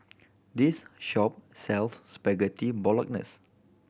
this shop sells Spaghetti Bolognese